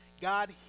God